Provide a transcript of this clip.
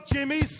Jimmy